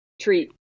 treat